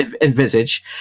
envisage